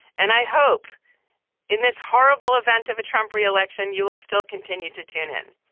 and i hope in this horrible event of a trump re-election, you will still continue to tune in.